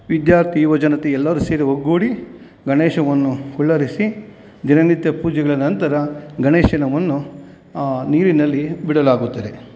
ವಿದ್ಯಾರ್ಥಿ ಯುವಜನತೆ ಎಲ್ಲರೂ ಸೇರಿ ಒಗ್ಗೂಡಿ ಗಣೇಶವನ್ನು ಕುಳ್ಳಿರಿಸಿ ದಿನ ನಿತ್ಯ ಪೂಜೆಗಳ ನಂತರ ಗಣೇಶನನ್ನು ನೀರಿನಲ್ಲಿ ಬಿಡಲಾಗುತ್ತದೆ